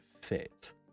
fit